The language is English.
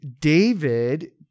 David